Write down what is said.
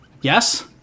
Yes